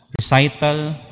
recital